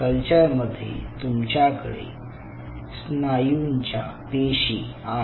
culture मध्ये तुमच्याकडे स्नायूंच्या पेशी आहेत